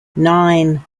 nine